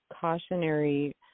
cautionary